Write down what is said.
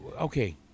okay